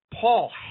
Paul